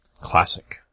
classic